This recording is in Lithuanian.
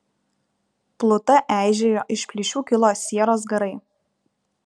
pluta eižėjo iš plyšių kilo sieros garai